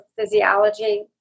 physiology